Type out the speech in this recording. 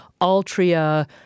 Altria